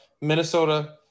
Minnesota